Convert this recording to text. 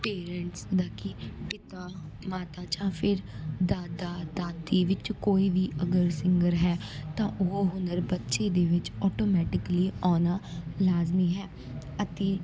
parents ਦਾ ਕਿ ਕਿੱਦਾਂ ਮਾਤਾ ਜਾਂ ਫਿਰ ਦਾਦਾ ਦਾਦੀ ਵਿੱਚ ਕੋਈ ਵੀ ਅਗਰ ਸਿੰਗਰ ਹੈ ਤਾਂ ਉਹ ਹੁਨਰ ਬੱਚੇ ਦੇ ਵਿੱਚ ਆਟੋਮੈਟਿਕਲੀ ਆਉਣਾ ਲਾਜ਼ਮੀ ਹੈ ਅਤੇ